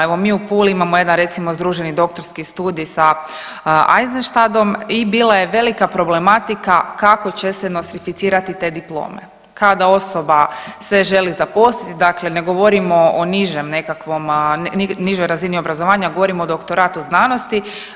Evo, mi u Puli imamo jedan recimo, združeni doktorski studij sa Eisenstadtom i bila je velika problematika kako će se nostrificirati te diplome kada osoba se želi zaposliti, dakle ne govorim o nižem nekakvom, nižoj razini obrazovanja, govorim o doktoratu znanosti.